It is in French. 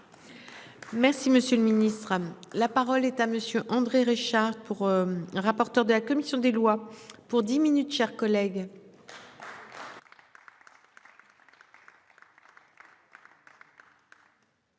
Merci, monsieur le Ministre, la parole est à monsieur André Reichardt pour. Rapporteur de la commission des lois pour 10 minutes, chers collègues.